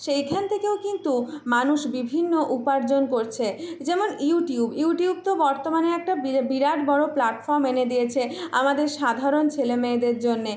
সেইখান থেকেও কিন্তু মানুষ বিভিন্ন উপার্জন করছে যেমন ইউটিউব ইউটিউব তো বর্তমানে একটা বিরা বিরাট বড়ো প্ল্যাটফর্ম এনে দিয়েছে আমাদের সাধারণ ছেলে মেয়েদের জন্যে